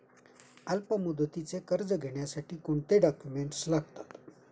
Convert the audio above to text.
अल्पमुदतीचे कर्ज घेण्यासाठी कोणते डॉक्युमेंट्स लागतात?